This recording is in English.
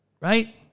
right